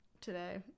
today